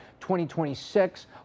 2026